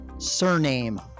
Surname